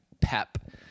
pep